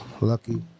Lucky